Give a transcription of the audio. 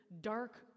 dark